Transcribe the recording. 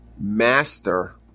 master